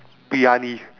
briyani